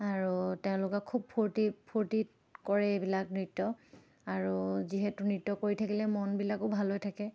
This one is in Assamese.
আৰু তেওঁলোকে খুব ফূৰ্তি ফূৰ্তিত কৰে এইবিলাক নৃত্য আৰু যিহেতু নৃত্য কৰি থাকিলে মনবিলাকো ভাল হৈ থাকে